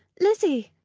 lizzy!